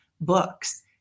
books